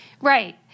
Right